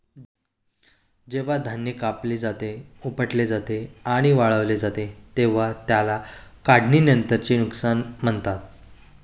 जेव्हा धान्य कापले जाते, उपटले जाते आणि वाळवले जाते तेव्हा त्याला काढणीनंतरचे नुकसान म्हणतात